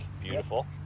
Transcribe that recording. Beautiful